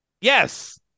Yes